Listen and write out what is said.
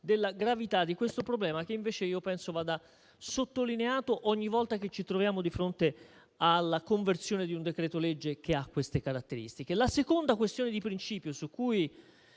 della gravità di questo problema che, invece, io penso vada sottolineato ogni volta che ci troviamo di fronte alla conversione di un decreto-legge che ha queste caratteristiche. La seconda questione di principio su cui